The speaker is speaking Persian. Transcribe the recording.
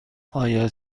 آیا